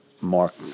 Mark